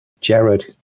jared